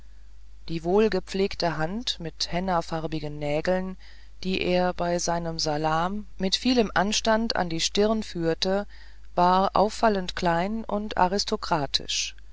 die wohlgepflegte hand mit hennafarbigen nägeln die er bei seinem salam mit vielem anstand an die stirn führte war auffallend klein und aristokratisch